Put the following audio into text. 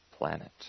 planet